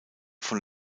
von